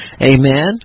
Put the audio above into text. Amen